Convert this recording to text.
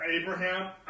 Abraham